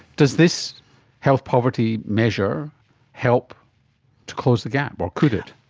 does this health poverty measure help to close the gap or could it?